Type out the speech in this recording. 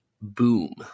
boom